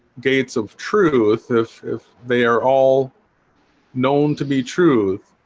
gates of truth if if they are all known to be truth